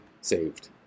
saved